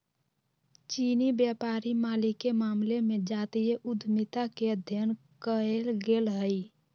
चीनी व्यापारी मालिके मामले में जातीय उद्यमिता के अध्ययन कएल गेल हइ